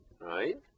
right